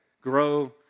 grow